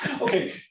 Okay